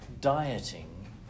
dieting